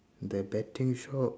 the betting shop